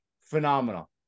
Phenomenal